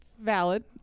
Valid